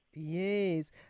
Yes